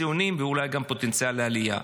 ציונים ואולי גם פוטנציאל לעלייה.